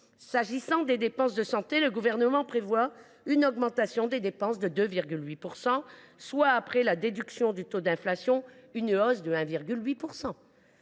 S’agissant des dépenses de santé, le gouvernement prévoit une augmentation des dépenses de 2,8 %, soit, après la déduction du taux d’inflation, une hausse de 1,8 %.